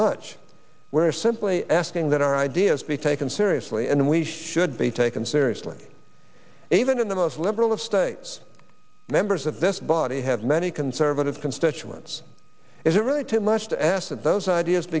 much we're simply asking that our ideas be taken seriously and we should be taken seriously even in the most liberal of states members of this body have many conservative constituents is it really too much to ask that those ideas